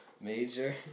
major